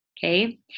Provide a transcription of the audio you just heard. Okay